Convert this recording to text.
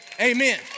Amen